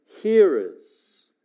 hearers